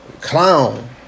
clown